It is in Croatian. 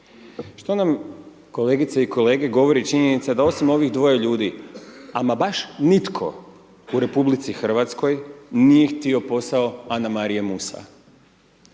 Što nam kolegice i kolege govori činjenica, da osim ovih 2 ljudi ama baš nitko u RH nije htio posao Anamarija Musa.